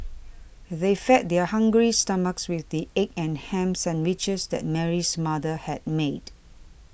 they fed their hungry stomachs with the egg and ham sandwiches that Mary's mother had made